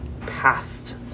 past